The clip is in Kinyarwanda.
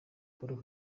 paul